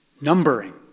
numbering